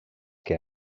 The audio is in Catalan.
que